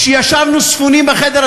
כשישבנו ספונים בחדר,